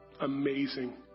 amazing